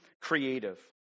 creative